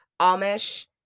Amish